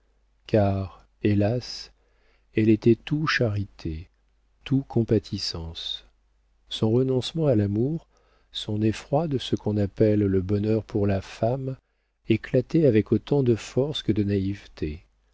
car hélas elle était tout charité tout compatissance son renoncement à l'amour son effroi de ce qu'on appelle le bonheur pour la femme éclataient avec autant de force que de naïveté